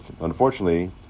unfortunately